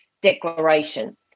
declaration